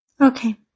Okay